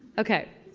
ok